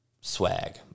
swag